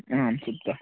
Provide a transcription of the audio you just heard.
आं सुप्तः